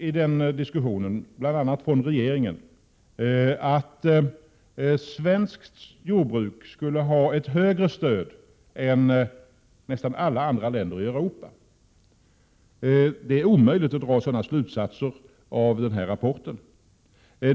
I den diskussionen antyddes det — bl.a. från regeringen — att svenskt jordbruk skulle ha ett högre stöd än nästan alla andra länder i Europa. Det är omöjligt att dra sådana slutsatser av rapporten.